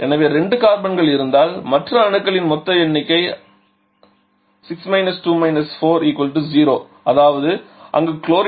எனவே 2 கார்பன்கள் இருப்பதால் மற்ற அணுக்களின் மொத்த எண்ணிக்கை 6 2 4 0 அதாவது அங்கு குளோரின் இல்லை